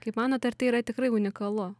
kaip manot ar tai yra tikrai unikalu